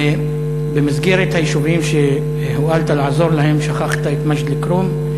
במסגרת היישובים שהואלת לעזור להם שכחת את מג'ד-אלכרום.